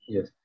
Yes